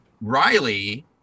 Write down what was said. riley